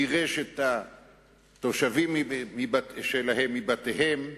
גירש את התושבים מבתיהם,